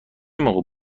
موقع